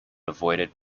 avoided